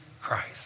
Christ